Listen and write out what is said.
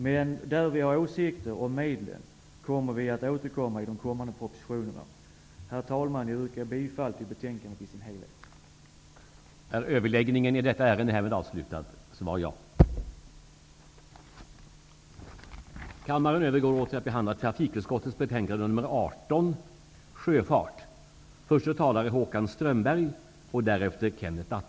I de fall som vi har åsikter om medlen, kommer vi att återkomma vid behandlingen av de kommande propositionerna. Herr talman! Jag yrkar bifall till hemställan i betänkandet.